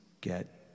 get